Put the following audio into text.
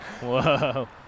Whoa